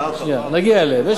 נגיע אליהם.